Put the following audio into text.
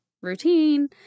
routine